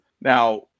Now